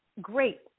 great